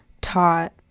taught